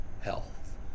health